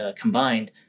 combined